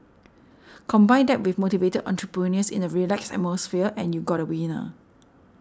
combine that with motivated entrepreneurs in a relaxed atmosphere and you got a winner